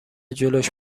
جلوش